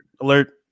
Alert